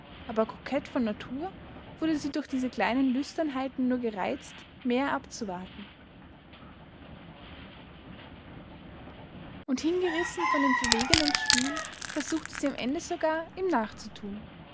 aber kokett von natur wurde sie durch diese kleinen lüsternheiten nur gereizt mehr abzuwarten und hingerissen von dem verwegenen spiel versuchte sie am ende sogar ihm nachzutun